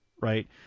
right